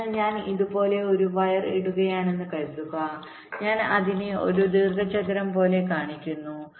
അതിനാൽ ഞാൻ ഇതുപോലെ ഒരു വയർ ഇടുകയാണെന്ന് കരുതുക ഞാൻ അതിനെ ഒരു ദീർഘചതുരം പോലെ കാണിക്കുന്നു